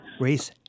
Race